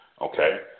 okay